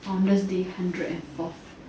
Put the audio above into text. founder's day hundred and fourth